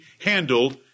handled